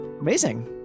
Amazing